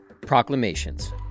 Proclamations